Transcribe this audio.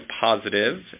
positive